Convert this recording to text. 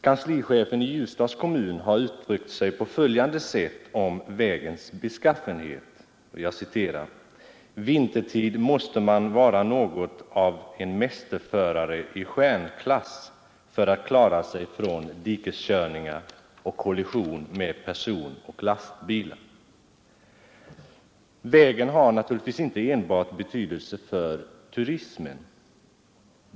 Kanslichefen i Ljusdals kommun har uttalat sig på följande sätt om vägens beskaffenhet: ”Vintertid måste man vara något av en mästerförare i stjärnklass för att klara sig från dikeskörningar och kollision med personoch lastbilar.” Vägen har naturligtvis inte enbart betydelse för turismen.